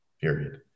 period